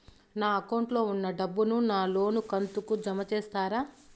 నా అకౌంట్ లో ఉన్న డబ్బును నా లోను కంతు కు జామ చేస్తారా?